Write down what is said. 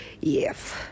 Yes